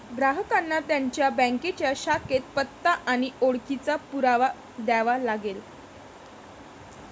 ग्राहकांना त्यांच्या बँकेच्या शाखेत पत्ता आणि ओळखीचा पुरावा द्यावा लागेल